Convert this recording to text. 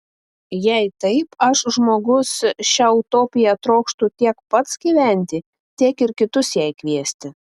jei taip aš žmogus šia utopija trokštu tiek pats gyventi tiek ir kitus jai kviesti